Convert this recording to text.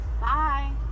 Bye